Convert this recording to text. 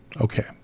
Okay